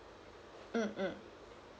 mm